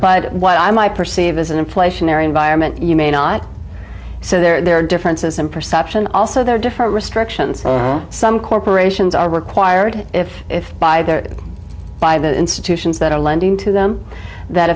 a what i might perceive as an inflationary environment you may not so there are differences in perception also there are different restrictions some corporations are required if by their by the institutions that are lending to them that